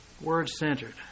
Word-centered